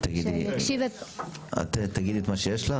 רון בני,